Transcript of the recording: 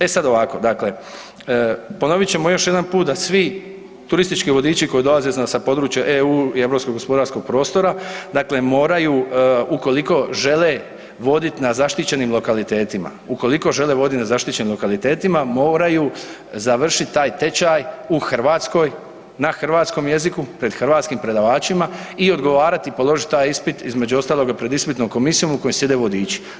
E sada ovako, dakle ponovit ćemo još jedan put da svi turistički vodiči koji dolaze sa područja EU i europskog gospodarskog prostora dakle moraju ukoliko žele voditi na zaštićenim lokalitetima, ukoliko žele voditi na zaštićenim lokalitetima moraju završiti taj tečaj u Hrvatskoj na hrvatskom jeziku pred hrvatskim predavačima i odgovarati, položiti taj ispit između ostalog pred ispitnom komisijom u kojem sjede vodiči.